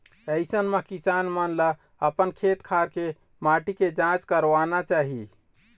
अइसन म किसान मन ल अपन खेत खार के माटी के जांच करवाना चाही